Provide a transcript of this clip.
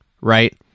right